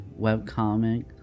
webcomic